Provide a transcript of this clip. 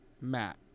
Matt